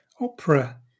opera